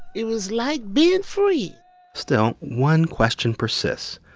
it was like being free still, one question persists.